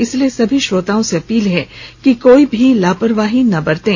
इसलिए सभी श्रोताओं से अपील है कि कोई भी कोताही ना बरतें